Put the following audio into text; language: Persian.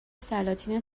سلاطین